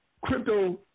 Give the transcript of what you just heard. Crypto